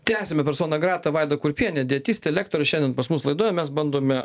tęsiame personą grata vaida kurpienė dietistė lektorė šiandien pas mus laidoje mes bandome